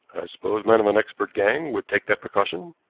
i suppose men of an expert gang would take that precaution?